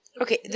Okay